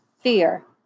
fear